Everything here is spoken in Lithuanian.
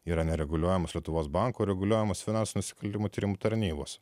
yra nereguliuojamos lietuvos banko reguliuojamos finansinių nusikaltimų tyrimų tarnybos